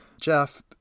Jeff